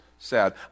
Sad